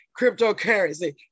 cryptocurrency